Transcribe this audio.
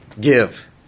Give